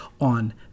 on